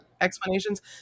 explanations